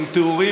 עם תיאורים,